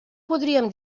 podríem